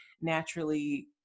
naturally